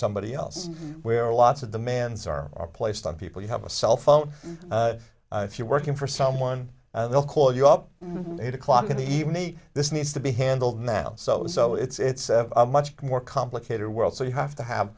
somebody else where lots of demands are placed on people you have a cell phone if you're working for someone they'll call you up to eight o'clock in the even me this needs to be handled now so so it's a much more complicated world so you have to have